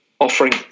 offering